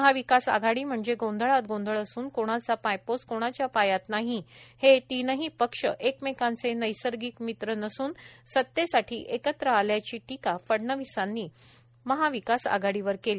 महाविकास आघाडी म्हणजे गोंधळात गोंधळ असून कोणाचा पायपोस कोणाच्या पायात नाही हे तीनही पक्ष एकमेकांचे नैसर्गिक मित्र नसून सत्तेसाठी एकत्र आल्याची टीका फडणवीसांनी महाविकास आघाडीवर केली